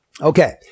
okay